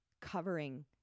covering